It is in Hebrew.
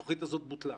התוכנית הזו בוטלה.